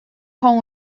com